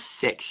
six